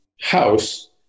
house